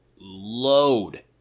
load